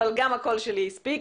אבל גם הקול שלי הספיק.